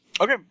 Okay